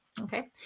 okay